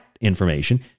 information